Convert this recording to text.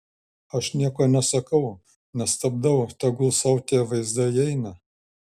aš nieko nesakau nestabdau tegul sau tie vaizdai eina